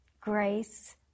grace